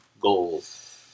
goals